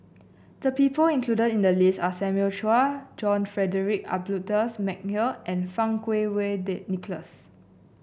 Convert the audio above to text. the people included in the list are Simon Chua John Frederick Adolphus McNair and Fang Kuo Wei Nicholas